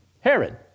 Herod